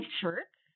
shirts